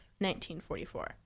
1944